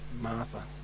Martha